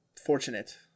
fortunate